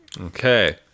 Okay